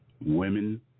women